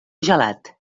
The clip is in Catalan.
gelat